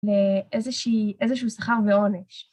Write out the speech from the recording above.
לאיזשהו שכר ועונש.